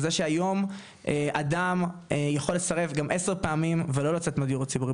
על זה שהיום אדם יכול לסרב גם עשר פעמים ולא לצאת מהדיור הציבורי,